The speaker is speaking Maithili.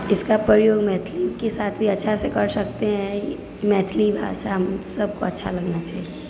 इसका प्रयोग मैथिलीके साथ भी अच्छा से कर सकते हैं मैथिली भाषा सबको अच्छा लगना चाहिए